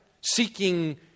Seeking